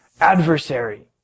adversary